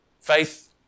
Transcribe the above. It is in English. faith